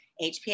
HPA